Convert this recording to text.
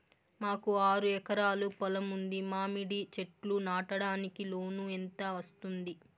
మాకు ఆరు ఎకరాలు పొలం ఉంది, మామిడి చెట్లు నాటడానికి లోను ఎంత వస్తుంది?